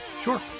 Sure